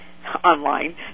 Online